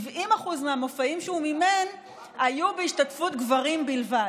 70% מהמופעים שהוא מימן היו בהשתתפות גברים בלבד.